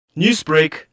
Newsbreak